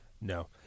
No